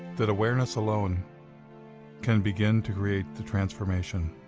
that awareness alone can begin to create the transformation.